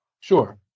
Sure